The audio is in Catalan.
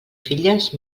filles